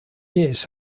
years